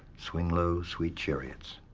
swing low, sweet chariots.